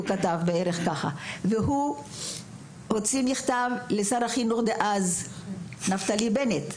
הוא הוציא מכתב לשר החינוך דאז, נפתלי בנט,